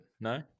no